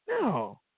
No